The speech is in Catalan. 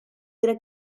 era